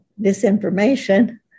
disinformation